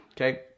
Okay